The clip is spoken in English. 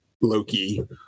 Loki